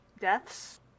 deaths